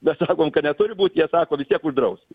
mes sakom kad neturi būt jie sako vis tiek uždraus